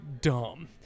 dumb